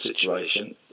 situation